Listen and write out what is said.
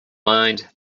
mind